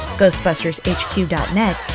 ghostbustershq.net